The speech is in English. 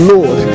Lord